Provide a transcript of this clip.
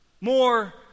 more